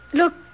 look